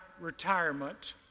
retirement